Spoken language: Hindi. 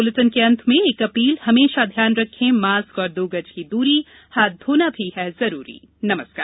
इस बुलेटिन के अंत मे एक अपील हमेशा ध्यान रखे मास्क और दो गज की दूरी हाथ धोना भी है जरूरी नमस्कार